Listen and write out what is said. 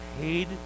paid